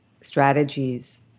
strategies